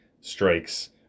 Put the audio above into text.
strikes